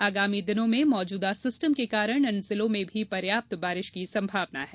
आगामी दिनों में मौजूदा सिस्टम के कारण इन जिलों में भी पर्याप्त बारिश की संभावना है